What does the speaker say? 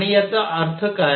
आणि याचा अर्थ काय